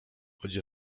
choć